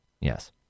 Yes